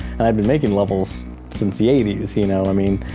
and i'd been making levels since the eighty s, you know, i mean,